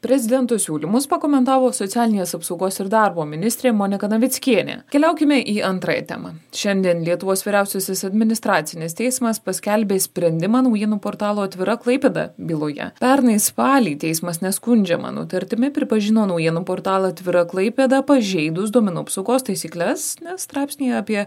prezidento siūlymus pakomentavo socialinės apsaugos ir darbo ministrė monika navickienė keliaukime į antrąją temą šiandien lietuvos vyriausiasis administracinis teismas paskelbė sprendimą naujienų portalo atvira klaipėda byloje pernai spalį teismas neskundžiama nutartimi pripažino naujienų portalą atvira klaipėda pažeidus duomenų apsaugos taisykles nes straipsnyje apie